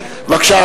בבקשה,